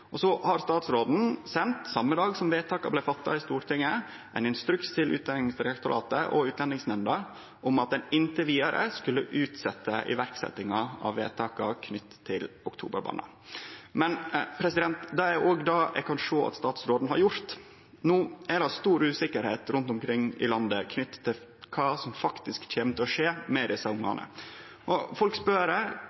Så har statsråden sendt, same dag som vedtaka blei fatta i Stortinget, ein instruks til Utlendingsdirektoratet og Utlendingsnemnda om at ein inntil vidare skulle utsetje iverksetjinga av vedtaka knytte til oktoberbarna. Men det er òg det eg kan sjå at statsråden har gjort. No er det stor usikkerheit rundt omkring i landet knytt til kva som faktisk kjem til å skje med